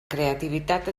creativitat